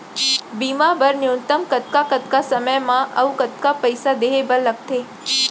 बीमा बर न्यूनतम कतका कतका समय मा अऊ कतका पइसा देहे बर लगथे